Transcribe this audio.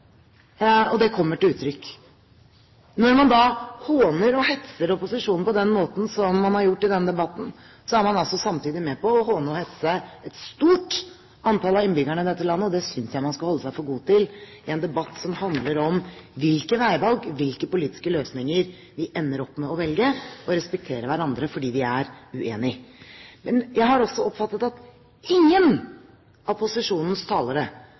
Og det kommer til uttrykk. Når man da håner og hetser opposisjonen på den måten som man har gjort i denne debatten, er man samtidig med på å håne og hetse et stort antall av innbyggerne i dette landet, og det synes jeg man skal holde seg for god til i en debatt som handler om hvilke veivalg og hvilke politiske løsninger vi ender opp med å velge, og respektere hverandre selv om vi er uenige. Men jeg har også oppfattet at ingen av posisjonens talere